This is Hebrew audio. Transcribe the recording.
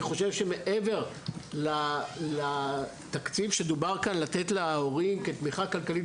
מעבר לתקציב שדובר עליו כאן כתמיכה כלכלית להורים